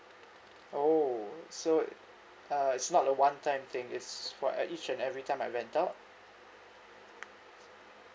oh so uh it's not a one time thing it's for at each and every time I rent out